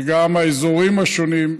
וגם האזורים השונים,